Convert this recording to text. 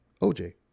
OJ